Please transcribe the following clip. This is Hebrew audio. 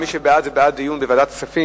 מי שבעד, זה בעד דיון בוועדת הכספים.